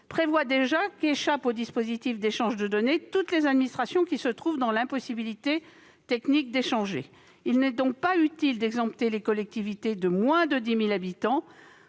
prévoit déjà qu'échappent au dispositif d'échange de données toutes les administrations qui se trouvent dans l'« impossibilité technique » d'échanger. Il n'est donc pas utile d'exempter les collectivités de moins de 10 000 habitants